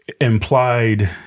implied